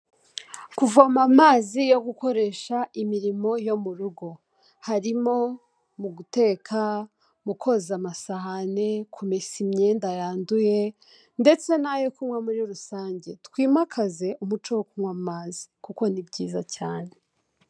Kuvoma amazi yo gukoresha imirimo yo mu rugo. Harimo mu guteka, mu koza amasahani, kumesa imyenda yanduye ndetse n'ayo kunywa muri rusange. Twimakaze umuco wo kunywa amazi kuko ni byiza cyane.